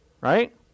right